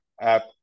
app